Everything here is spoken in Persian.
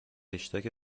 خشتک